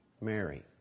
Mary